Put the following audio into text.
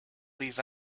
these